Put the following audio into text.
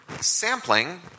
Sampling